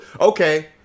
Okay